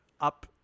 up